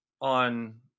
on